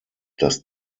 dass